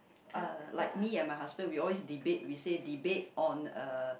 uh like me and my husband we always debate we say debate on a